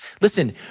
Listen